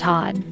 Todd